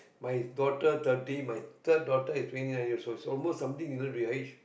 my daughter thirty my third daughter is twenty nine years old so almost something gonna be your age